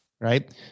right